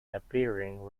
appearing